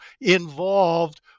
involved